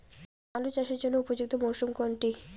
আলু চাষের জন্য উপযুক্ত মরশুম কোনটি?